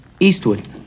Eastwood